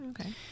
Okay